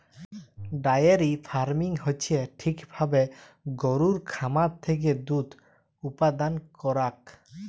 diary farming হচ্যে ঠিক ভাবে গরুর খামার থেক্যে দুধ উপাদান করাক